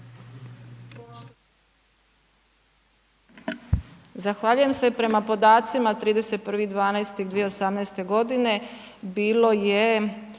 Zahvaljujem se. Prema podacima, 31. 12. 2018. g.